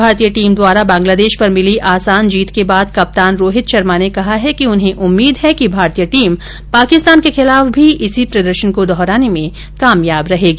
भारतीय टीम द्वारा बांग्लादेश पर मिली आसान जीत के बाद कप्तान रोहित शर्मा ने कहा है कि उन्हें उम्मीद है कि भारतीय टीम पाकिस्तान के खिलाफ भी इसी प्रदर्शन को दोहराने में कामयाब रहेगी